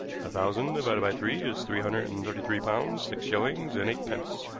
a thousand divided by three is three hundred and thirty-three pounds six shillings and eight pence.